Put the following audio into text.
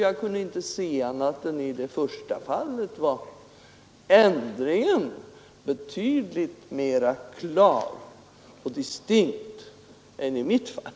Jag kan inte se annat än att i det första fallet — herr Tobés — var ändringen av votum betydligt mera klar och distinkt än i mitt fall.